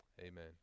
amen